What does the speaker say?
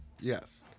Yes